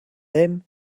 dim